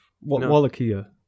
Wallachia